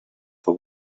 for